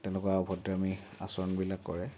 তেনেকুৱা অভদ্ৰামি আচৰণবিলাক কৰে